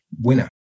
winner